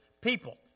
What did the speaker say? people